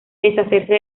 deshacerse